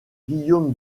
guillaume